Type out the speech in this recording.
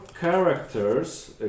characters